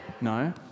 No